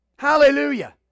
Hallelujah